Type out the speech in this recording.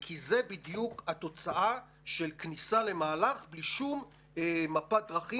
כי זו בדיוק התוצאה של כניסה למהלך בלי שום מפת דרכים